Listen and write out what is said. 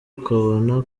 ukabona